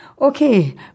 Okay